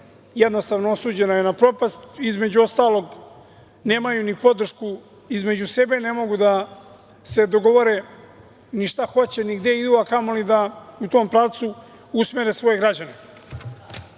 jednostavno je osuđena na propast. Između ostalog, nemaju ni podršku. Između sebe ne mogu da se dogovore ni šta hoće, ni gde idu, a kamoli da u tom pravcu usmere svoje građane. Ono